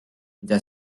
mida